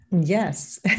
Yes